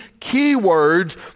keywords